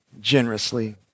generously